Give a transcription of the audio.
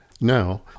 Now